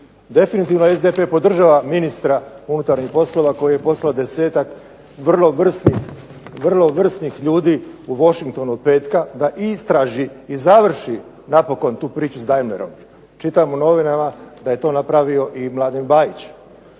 Definitivno SDP podržava ministra unutarnjih poslova koji je poslao 10-tak vrlo vrsnih ljudi u Washington od petka da istraži i završi napokon tu priču s Daimlerom. Čitam u novinama da je to napravio i Mladen Bajić.